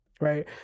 right